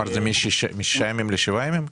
כלומר, משישה ימים לשבעה ימים?